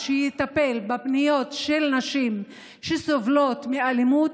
שיטפל בפניות של נשים שסובלות מאלימות,